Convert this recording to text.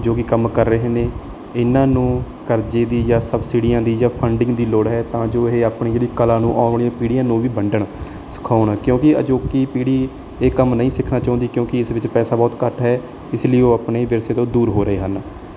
ਜੋ ਕਿ ਕੰਮ ਕਰ ਰਹੇ ਨੇ ਇਹਨਾਂ ਨੂੰ ਕਰਜ਼ੇ ਦੀ ਜਾਂ ਸਬਸਿਡੀਆਂ ਦੀ ਜਾਂ ਫੰਡਿੰਗ ਦੀ ਲੋੜ ਹੈ ਤਾਂ ਜੋ ਇਹ ਆਪਣੀ ਜਿਹੜੀ ਕਲਾ ਨੂੰ ਆਉਣ ਵਾਲੀਆਂ ਪੀੜ੍ਹੀਆਂ ਨੂੰ ਵੀ ਵੰਡਣ ਸਿਖਾਉਣ ਕਿਉਂਕਿ ਅਜੋਕੀ ਪੀੜ੍ਹੀ ਇਹ ਕੰਮ ਨਹੀਂ ਸਿੱਖਣਾ ਚਾਹੁੰਦੀ ਕਿਉਂਕਿ ਇਸ ਵਿੱਚ ਪੈਸਾ ਬਹੁਤ ਘੱਟ ਹੈ ਇਸ ਲਈ ਉਹ ਆਪਣੇ ਵਿਰਸੇ ਤੋਂ ਦੂਰ ਹੋ ਰਹੇ ਹਨ